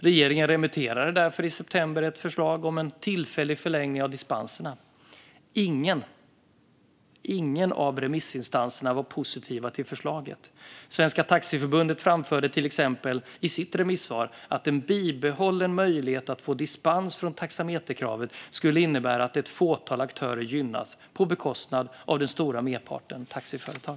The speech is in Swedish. Regeringen remitterade därför i september ett förslag om en tillfällig förlängning av dispenserna. Ingen av remissinstanserna var positiv till förslaget. Svenska Taxiförbundet framförde till exempel i sitt remissvar att en bibehållen möjlighet att få dispens från taxameterkravet skulle innebära att ett fåtal aktörer gynnas på bekostnad av den stora merparten taxiföretag.